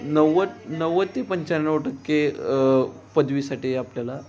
नव्वद नव्वद ते पंच्याण्णव टक्के पदवीसाठी आपल्याला